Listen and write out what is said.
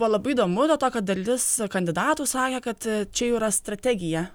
buvo labai įdomu dėl to kad dalis kandidatų sakė kad čia jų yra strategija